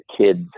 kid's